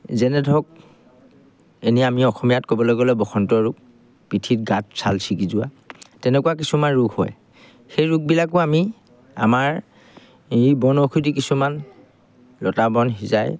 যেনে ধৰক এনেই আমি অসমীয়াত ক'বলৈ গ'লে বসন্ত ৰোগ পিঠিত গাত চাল চিগি যোৱা তেনেকুৱা কিছুমান ৰোগ হয় সেই ৰোগবিলাকো আমি আমাৰ এই বন ঔষধি কিছুমান লতা বন সিজাই